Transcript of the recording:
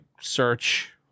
search